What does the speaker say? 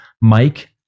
mike